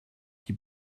qui